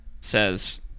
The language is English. says